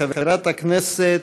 חברת הכנסת,